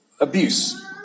abuse